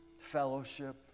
fellowship